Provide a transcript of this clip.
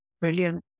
Brilliant